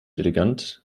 elegant